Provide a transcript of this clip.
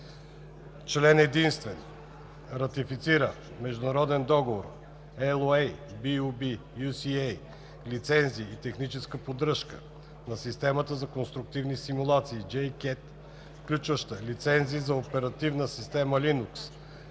Законопроект за ратифициране на Международен договор (LOA) BU-B-UCA „Лицензи и техническа поддръжка на системата за конструктивни симулации JCATS, включващи лицензи за операционна система Linux,